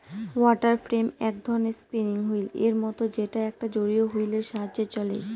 water frame এক ধরনের spinning wheel এর মত যেটা একটা জলীয় হুইল এর সাহায্যে চলে